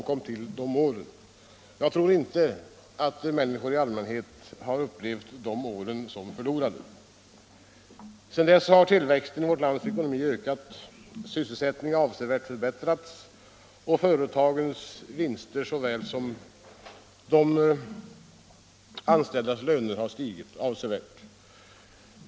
Jag tror alltså inte att människor i allmänhet har upplevt dessa år som förlorade. Sedan dess har tillväxten i vårt lands ekonomi ökats, sysselsättningen avsevärt förbättrats och såväl företagens vinster som de anställdas löner stigit avsevärt.